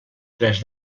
tres